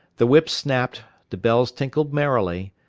the whips snapped, the bells tinkled merrily,